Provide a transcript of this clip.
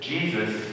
Jesus